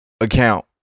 Account